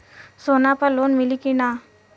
सोना पर लोन मिली की ना?